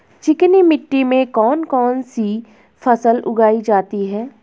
चिकनी मिट्टी में कौन कौन सी फसल उगाई जाती है?